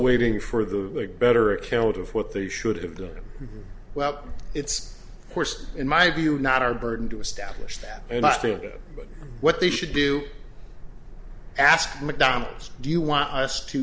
waiting for the better account of what they should have done well it's course in my view not our burden to establish that and i think it but what they should do ask mcdonald's do you want us to